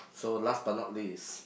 so last but not least